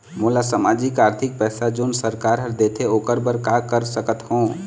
मोला सामाजिक आरथिक पैसा जोन सरकार हर देथे ओकर बर का कर सकत हो?